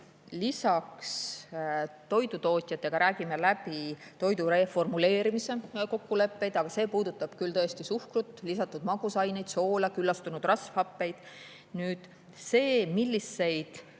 Lisaks, toidutootjatega räägime läbi toidu reformuleerimise kokkulepped, see puudutab küll tõesti suhkrut, lisatud magusaineid, soola, küllastunud rasvhappeid. See, milliseid